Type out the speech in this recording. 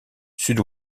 sud